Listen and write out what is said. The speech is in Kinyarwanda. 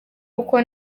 kuko